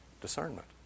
Discernment